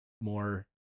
more